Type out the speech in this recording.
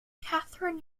catherine